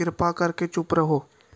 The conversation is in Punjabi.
ਕਿਰਪਾ ਕਰਕੇ ਚੁੱਪ ਰਹੋ